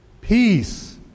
Peace